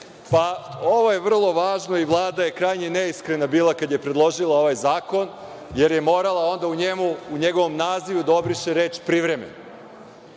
Ovo je vrlo važno i Vlada je krajnje neiskrena bila kada je predložila ovaj zakon, jer je onda morala u njegovom nazivu da obriše reč: „privremeno“.